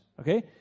okay